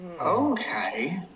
Okay